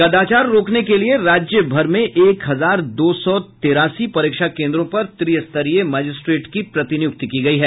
कदाचार रोकने के लिये राज्य भर के एक हजार दो सौ तेरासी परीक्षा केंद्रों पर त्रिस्तरीय मजिस्ट्रेट की प्रतिनियुक्ति की गयी है